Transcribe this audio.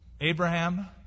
Abraham